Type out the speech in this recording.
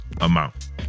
amount